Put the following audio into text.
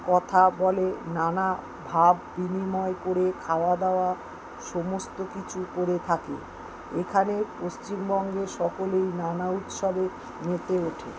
কথা বলে নানা ভাব বিনিময় করে খাওয়া দাওয়া সমস্ত কিছু করে থাকে এখানে পশ্চিমবঙ্গের সকলেই নানা উৎসবে মেতে ওঠে